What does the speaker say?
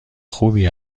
خوبی